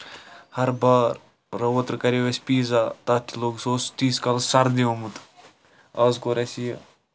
ہر بار اوترٕ کَریو اَسہِ پَیٖزا تَتھ تہِ لوٚگ سُہ اوس تیٖتِس کالَس سردیومُت آز کوٚر اَسہِ یہِ